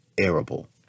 arable